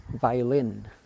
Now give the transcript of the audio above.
violin